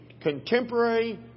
contemporary